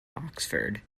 oxford